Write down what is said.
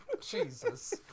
Jesus